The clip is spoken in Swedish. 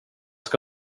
ska